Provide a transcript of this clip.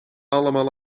allemaal